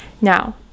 now